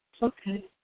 Okay